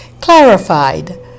clarified